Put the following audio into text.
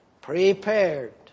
prepared